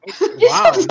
Wow